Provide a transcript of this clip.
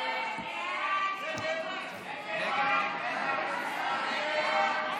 להעביר לוועדה את הצעת חוק המועצה להשכלה גבוהה (תיקון,